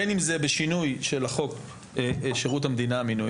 בין אם זה בשינוי של החוק שירות המדינה (משמעת)